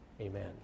Amen